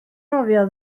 nofio